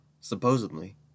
supposedly